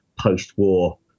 post-war